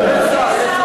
יש שר.